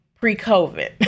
pre-COVID